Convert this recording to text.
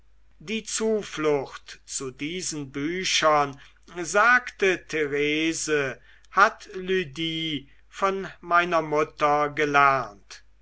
die zuflucht zu diesen büchern sagte therese hat lydie von meiner mutter gelernt